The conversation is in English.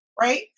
right